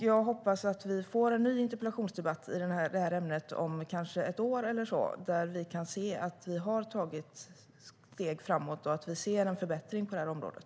Jag hoppas att vi får ny interpellationsdebatt i ämnet om ett år eller så, då vi kan se att vi har tagit steg framåt och ser en förbättring på området.